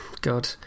God